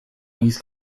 east